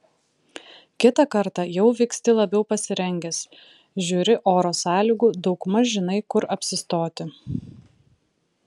kitą kartą jau vyksti labiau pasirengęs žiūri oro sąlygų daugmaž žinai kur apsistoti